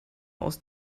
aus